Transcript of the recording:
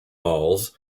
balls